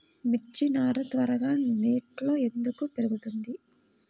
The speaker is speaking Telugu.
మిర్చి నారు త్వరగా నెట్లో ఎందుకు పెరుగుతుంది?